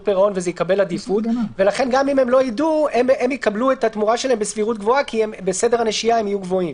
פירעון בשביל שלא יהיה הסדר שלילי,